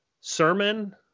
sermon